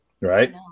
right